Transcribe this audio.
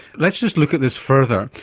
let's just look at this further,